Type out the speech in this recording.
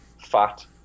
fat